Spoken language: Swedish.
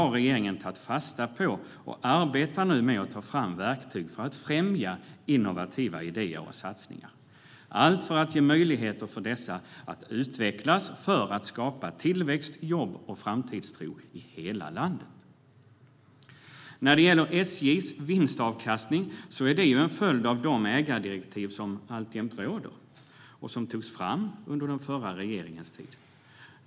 Regeringen har tagit fasta på det och arbetar nu med att ta fram verktyg för att främja innovativa idéer och satsningar, allt för att ge möjligheter för dessa att utvecklas för att skapa tillväxt, jobb och framtidstro i hela landet. När det gäller SJ:s vinstavkastning är det en följd av de ägardirektiv som alltjämt råder och som togs fram under den förra regeringens tid.